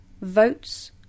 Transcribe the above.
Votes